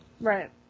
Right